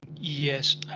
Yes